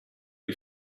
you